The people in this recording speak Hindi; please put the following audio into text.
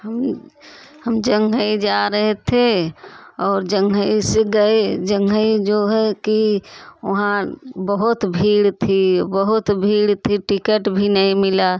हम हम जंघई जा रहे थे और जंघई से गए जंघई जो है कि वहाँ बहुत भीड़ थी बहुत भीड़ थी टिकट भी नहीं मिला